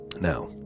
Now